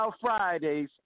Fridays